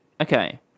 Okay